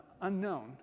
unknown